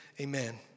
Amen